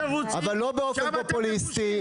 אבל לא באופן פופוליסטי.